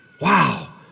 Wow